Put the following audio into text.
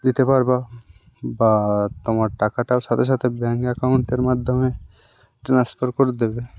দিতে পারবে বা তোমার টাকাটাও সাথে সাথে ব্যাঙ্ক অ্যাকাউন্টের মাধ্যমে ট্রান্সফার করে দেবে